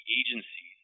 agencies